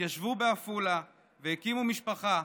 התיישבו בעפולה והקימו משפחה.